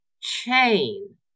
chain